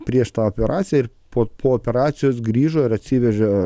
prieš tą operaciją ir po po operacijos grįžo ir atsivežė